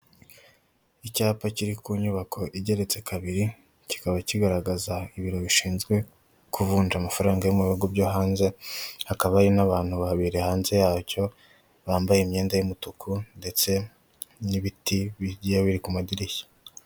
Icyapa kiri ku nyubako igeretse kabiri, kikaba kigaragaza ibiro bishinzwe kuvunja amafaranga yo mu bihugu byo hanze, hakaba hari n'abantu babiri hanze yacyo, bambaye imyenda y'umutuku ndetse n'ibiti bigiye biri ku madirishya.